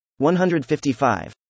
155